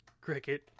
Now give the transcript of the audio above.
Cricket